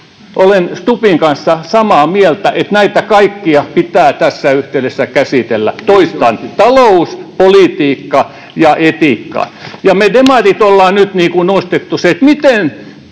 Olen Stubbin kanssa samaa mieltä, että näitä kaikkia pitää tässä yhteydessä käsitellä. Toistan: talous, politiikka ja etiikka. Me demarit olemme nyt nostaneet sen, miten